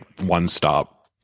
one-stop